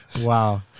Wow